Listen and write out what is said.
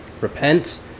Repent